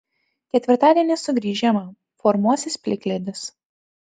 ketvirtadienį sugrįš žiema formuosis plikledis